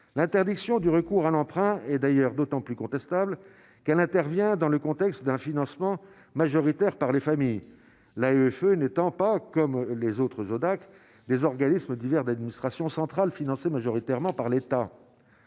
l'interdiction du recours à l'emprunt, et d'ailleurs d'autant plus contestable qu'elle intervient dans le contexte d'un financement majoritaire par les familles l'AFE n'étant pas comme les autres Hodac des organismes divers d'administration centrale financée majoritairement par l'État